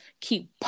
keep